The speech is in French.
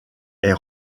est